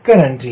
மிக்க நன்றி